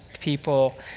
people